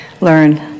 learn